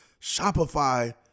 Shopify